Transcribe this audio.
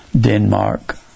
Denmark